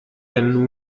denn